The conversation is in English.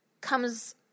comes